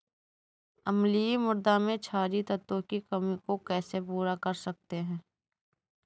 अम्लीय मृदा में क्षारीए तत्वों की कमी को कैसे पूरा कर सकते हैं?